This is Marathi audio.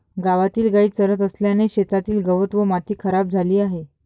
गावातील गायी चरत असल्याने शेतातील गवत व माती खराब झाली आहे